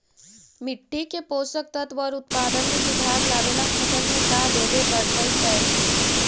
मिट्टी के पोषक तत्त्व और उत्पादन में सुधार लावे ला फसल में का देबे पड़तै तै?